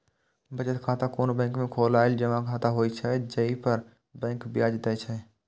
बचत खाता कोनो बैंक में खोलाएल जमा खाता होइ छै, जइ पर बैंक ब्याज दै छै